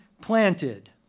planted